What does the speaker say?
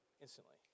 instantly